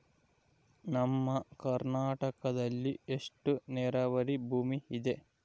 ನಮ್ಮ ಕರ್ನಾಟಕದಲ್ಲಿ ಎಷ್ಟು ನೇರಾವರಿ ಭೂಮಿ ಇದೆ?